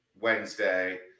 Wednesday